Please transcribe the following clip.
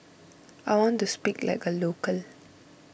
I want to speak like a local